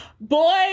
Boy